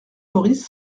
maurice